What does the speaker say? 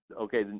okay